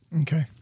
Okay